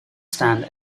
stand